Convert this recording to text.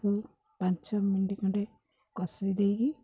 ତାକୁ ପାଞ୍ଚ ମିନିଟ ଖଣ୍ଡେ କଷେଇ ଦେଇକି